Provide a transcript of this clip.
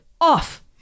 off